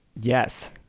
yes